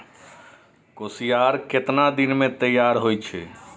कोसियार केतना दिन मे तैयार हौय छै?